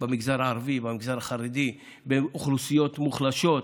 במגזר הערבי, במגזר החרדי, באוכלוסיות מוחלשות,